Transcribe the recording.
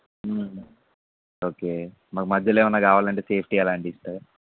okay మాకు మధ్యలో ఏమైనా కావాలంటే సేఫ్టీ అలాంటివి ఇస్తారా